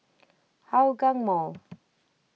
Hougang Mall